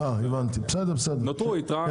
נותרה יתרה.